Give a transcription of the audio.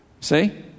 See